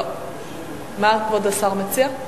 מה כבוד השר מציע?